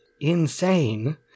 insane